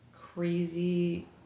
crazy